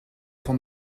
van